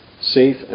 safe